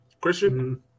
Christian